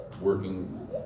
working